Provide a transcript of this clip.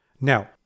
Now